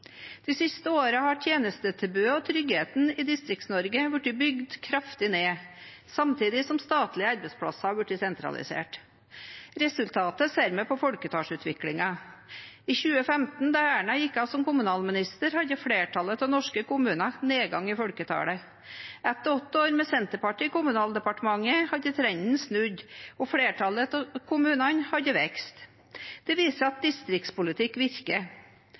De siste årene har tjenestetilbudet og tryggheten i Distrikts-Norge blitt bygd kraftig ned, samtidig som statlige arbeidsplasser har blitt sentralisert. Resultatet ser vi på folketallsutviklingen. I 2005, da Erna Solberg gikk av som kommunalminister, hadde flertallet av norske kommuner en nedgang i folketallet. Etter åtte år med Senterpartiet i Kommunaldepartementet hadde trenden snudd, og flertallet av kommunene hadde vekst. Det viser at distriktspolitikk virker.